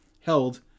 held